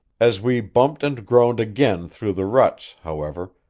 as we bumped and groaned again through the ruts, however,